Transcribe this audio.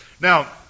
Now